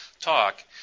talk